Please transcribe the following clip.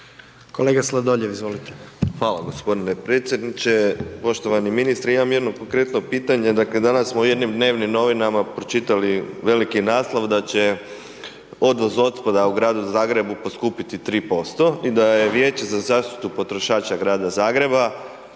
**Sladoljev, Marko (MOST)** Hvala g. predsjedniče, poštovani ministre. Imam jedno konkretno pitanje, dakle danas smo u jednim dnevnim novinama pročitali veliki naslov da će odvoz otpada u gradu Zagrebu poskupiti 3% i da je Vijeće za zaštitu potrošača grada Zagreba